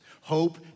Hope